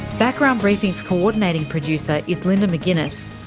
background briefing's co-ordinating producer is linda mcginness,